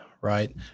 right